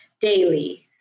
daily